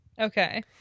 Okay